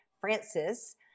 Francis